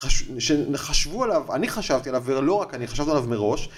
שנחשבו עליו אני חשבתי עליו ולא רק אני חשבתי עליו מראש